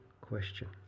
question